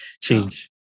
change